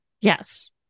Yes